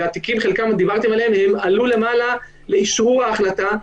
והתיקים חלקם עלו למעלה לאשרור ההחלטה.